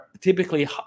typically